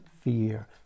fear